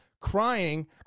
crying